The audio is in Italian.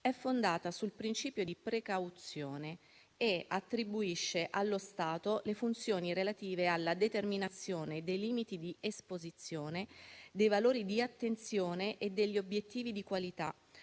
è fondata sul principio di precauzione e attribuisce allo Stato le funzioni relative alla determinazione dei limiti di esposizione dei valori di attenzione e degli obiettivi di qualità,